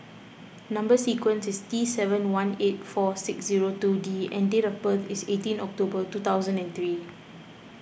Number Sequence is T seven one eight four six zero two D and date of birth is eighteen October two thousand and three